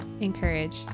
encourage